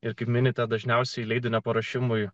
ir kaip minėta dažniausiai leidinio paruošimui